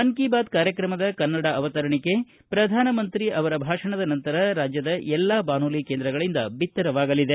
ಮನ್ ಕಿ ಬಾತ್ ಕಾರ್ಯಕ್ರಮದ ಕನ್ನಡ ಅವತರಣಿಕೆ ಪ್ರಧಾನಮಂತ್ರಿ ಭಾಷಣದ ನಂತರ ರಾಜ್ಯದ ಎಲ್ಲಾ ಬಾನುಲಿ ಕೇಂದ್ರಗಳಿಂದ ಬಿತ್ತರವಾಗಲಿದೆ